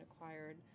acquired